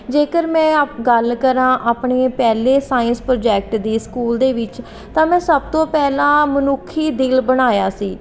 ਜੇਕਰ ਮੈਂ ਗੱਲ ਕਰਾਂ ਆਪਣੇ ਪਹਿਲੇ ਸਾਇੰਸ ਪ੍ਰੋਜੈਕਟ ਦੀ ਸਕੂਲ ਦੇ ਵਿੱਚ ਤਾਂ ਮੈਂ ਸਭ ਤੋਂ ਪਹਿਲਾਂ ਮਨੁੱਖੀ ਦਿਲ ਬਣਾਇਆ ਸੀ